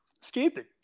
stupid